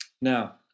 Now